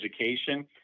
education